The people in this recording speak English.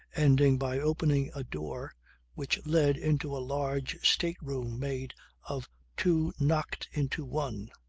ending by opening a door which led into a large state-room made of two knocked into one.